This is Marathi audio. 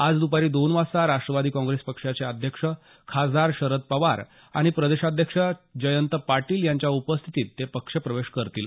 आज दपारी दोन वाजता राष्ट्रवादी काँग्रेस पक्षाचे अध्यक्ष खासदार शरद पवार आणि प्रदेशाध्यक्ष जयंत पाटील यांच्या उपस्थितीत ते पक्षप्रवेश करतील